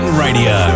radio